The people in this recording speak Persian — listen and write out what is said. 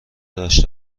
داشته